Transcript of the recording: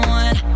one